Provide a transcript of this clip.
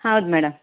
ಹೌದು ಮೇಡಮ್